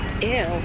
ew